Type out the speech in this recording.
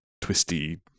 twisty